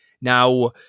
Now